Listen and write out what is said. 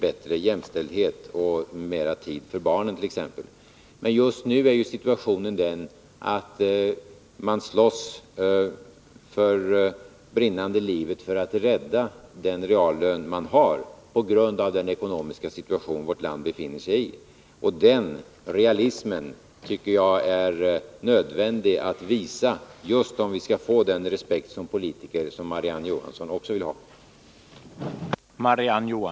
bättre jämställdhet och mer tid för barnen. Men just nu är det ju så att man, på grund av den ekonomiska situation som vårt land befinner sig i, slåss för brinnande livet för att rädda den reallön man har. Den realismen tycker jag är nödvändig att visa, om vi skall få den respekt för politiker som Marie-Ann Johansson också vill ha.